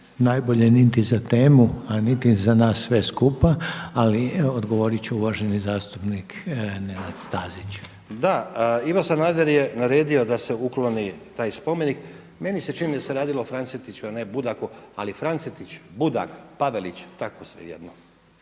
najbolje niti za temu, a niti za nas sve skupa, ali odgovorit će uvaženi zastupnik Nenad Stazić. **Stazić, Nenad (SDP)** Da, Ivo Sanader je naredio da se ukloni taj spomenik. Meni se čini da se radilo o Francetiću, a ne Budaku, ali Francetić, Budak, Pavelić tako svejedno,